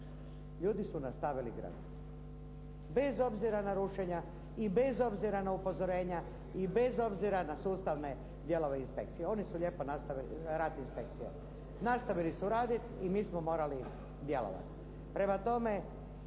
ljudi su nastavili graditi. Bez obzira na rušenja i bez obzira na upozorenja, i bez obzira na sustavne dijelove inspekcije. Oni su lijepo nastavili, radili su … /Govornik se ne razumije./ nastavili su raditi i mi smo morali djelovati.